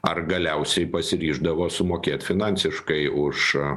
ar galiausiai pasiryždavo sumokėt finansiškai už